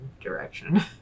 direction